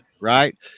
right